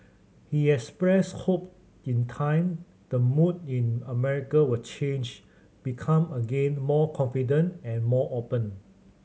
he expressed hope in time the mood in America will change become again more confident and more open